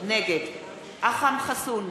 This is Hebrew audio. נגד אכרם חסון,